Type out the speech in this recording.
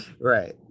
Right